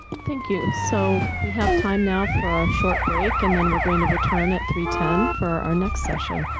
thank you so we have time now for a short break and then we're going to return at three ten for our next session.